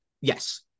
Yes